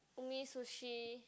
Umi-Sushi